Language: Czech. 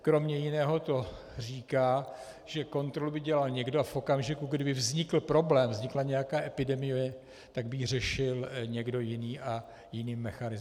Kromě jiného to říká, že kontrolu by dělal někdo, a v okamžiku, kdy by vznikl problém, vznikla nějaká epidemie, tak by ji řešil někdo jiný a jiným mechanismem.